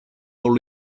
all